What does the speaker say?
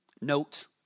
Note